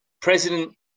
President